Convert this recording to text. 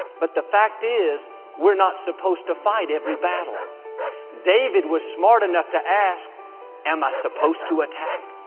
but the fact is we're not supposed to fight every battle david was smart enough to ask am i supposed to attack?